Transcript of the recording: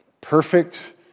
perfect